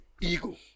ego